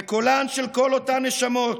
וקולן של כל אותן נשמות,